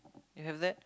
you have that